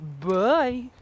Bye